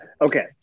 Okay